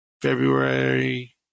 february